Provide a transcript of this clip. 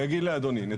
לאדוני.